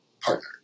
partner